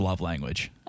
language